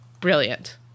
brilliant